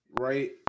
right